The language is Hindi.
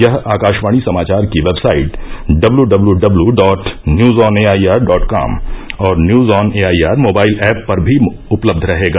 यह आकाशवाणी समाचार की website W W W dot news on AIR dot com और news on AIR mobile app पर भी उपलब्ध रहेगा